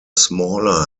smaller